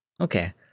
Okay